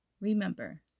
Remember